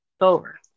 Over